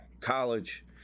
college